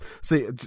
See